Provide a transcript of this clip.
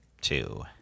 two